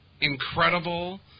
incredible